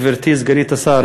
גברתי סגנית השר,